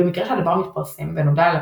במקרה שהדבר מתפרסם ונודע ללקוחות,